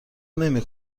نمی